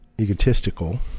egotistical